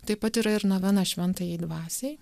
taip pat yra ir novena šventajai dvasiai